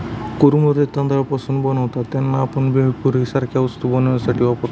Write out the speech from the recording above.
कुरमुरे तांदळापासून बनतात त्यांना, आपण भेळपुरी सारख्या वस्तू बनवण्यासाठी वापरतो